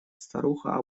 старуха